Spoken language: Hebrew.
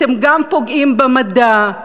אתם גם פוגעים במדע,